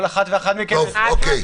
כל אחת ואחד מכם --- חד-משמעית.